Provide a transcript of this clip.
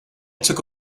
took